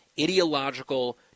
ideological